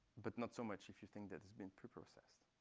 but not so much if you think that's it's been preprocessed.